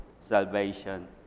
salvation